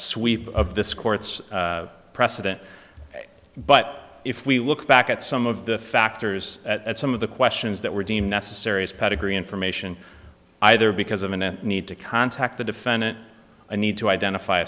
sweep of this court's precedent but if we look back at some of the factors at some of the questions that were deemed necessary as pedigree information either because of a net need to contact the defendant i need to identify